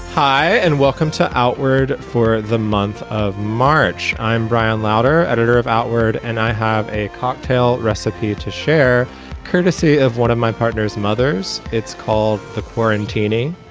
hi and welcome to outward for the month of march. i'm brian louder, editor of outward and i have a cocktail recipe to share courtesy of one of my partners mothers it's called the quarantining,